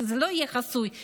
שזה לא יהיה חסוי,